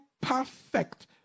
perfect